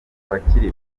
abakiri